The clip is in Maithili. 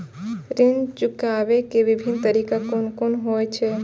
ऋण चुकाबे के विभिन्न तरीका कुन कुन होय छे?